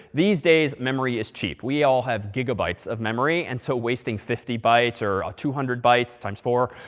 these days, memory is cheap. we all have gigabytes of memory. and so wasting fifty bytes or two hundred bytes, times four,